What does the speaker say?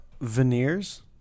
veneers